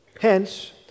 Hence